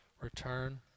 return